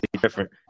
different